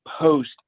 post